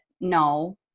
no